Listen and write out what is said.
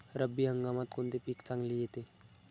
रब्बी हंगामात कोणते पीक चांगले येते?